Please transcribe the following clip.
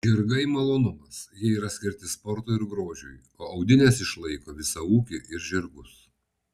žirgai malonumas jie yra skirti sportui ir grožiui o audinės išlaiko visą ūkį ir žirgus